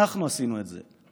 אנחנו עשינו את זה,